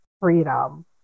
freedom